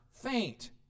Faint